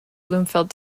bloomfield